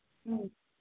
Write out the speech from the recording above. ꯎꯝ